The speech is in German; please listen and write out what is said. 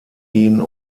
ihn